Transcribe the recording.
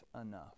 enough